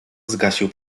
zgasił